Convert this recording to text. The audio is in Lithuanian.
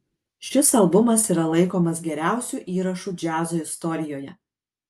šis albumas yra laikomas geriausiu įrašu džiazo istorijoje